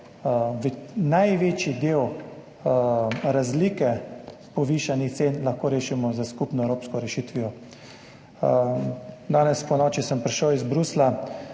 največji del razlike povišanih cen rešimo s skupno evropsko rešitvijo. Danes ponoči sem prišel iz Bruslja,